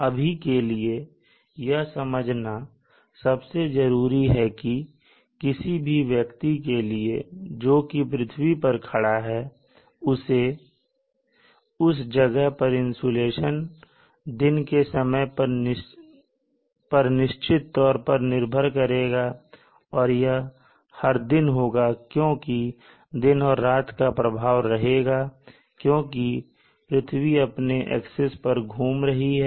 अभी के लिए यह समझना सबसे जरूरी है की किसी भी ऐसे व्यक्ति के लिए जो कि पृथ्वी पर खड़ा है उस जगह पर इंसुलेशन दिन के समय पर निश्चित तौर पर निर्भर करेगा और यह हर दिन होगा क्योंकि दिन और रात का प्रभाव रहेगा क्योंकि पृथ्वी अपने एक्सिस पर घूम रही है